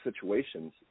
situations